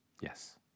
Yes